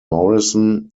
morrison